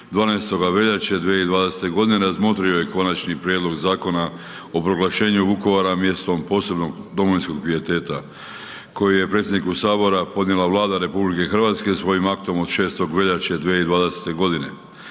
12. veljače 2020.g. razmotrio je Konačni prijedlog Zakona o proglašenju Vukovara mjestom posebnog domovinskog pijeteta koji je predsjedniku sabora podnijela Vlada RH svojim aktom od 6. veljače 2020.g.